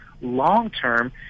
long-term